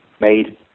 made